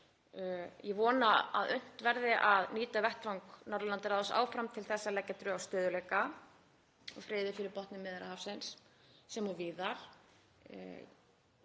Ég vona að unnt verði að nýta vettvang Norðurlandaráðs áfram til að leggja drög að stöðugleika og friði fyrir botni Miðjarðarhafsins sem og víðar.